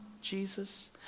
Jesus